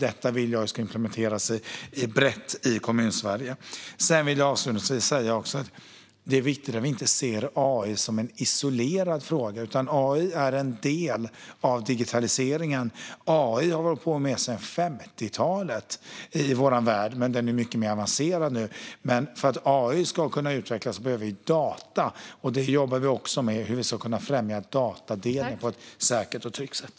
Detta vill jag ska implementeras brett i Kommunsverige. Avslutningsvis vill jag säga att det är viktigt att vi inte ser AI som en isolerad fråga. AI är en del av digitaliseringen. AI har vi hållit på med sedan 50-talet i vår värld. Den är mycket mer avancerad nu, men för att AI ska kunna utvecklas behöver vi data. Det jobbar vi också med: hur vi ska kunna främja datadelen på ett säkert och tryggt sätt.